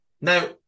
Now